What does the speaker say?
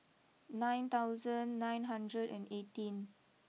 nine thousand nine hundred and eighteen